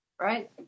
Right